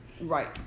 Right